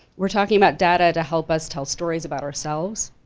we're talking about data to help us tell stories about ourselves,